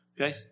Okay